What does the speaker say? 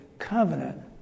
covenant